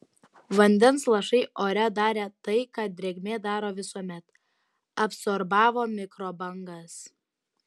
vandens lašai ore darė tai ką drėgmė daro visuomet absorbavo mikrobangas